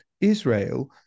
Israel